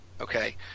okay